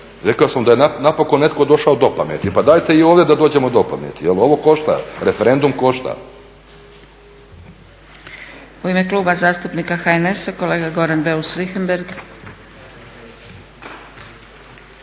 Rekao sam da je napokon netko došao do pameti, pa dajte i ovdje da dođemo do pameti jer ovo košta, referendum košta.